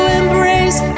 embrace